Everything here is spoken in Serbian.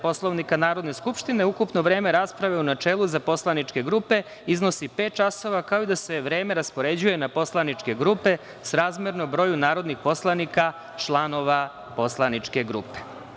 Poslovnika Narodne skupštine ukupno vreme rasprave u načelu za poslaničke grupe iznosi pet časova, kao i da se vreme raspoređuje na poslaničke grupe srazmerno broju narodnih poslanika članova poslaničke grupe.